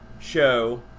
Show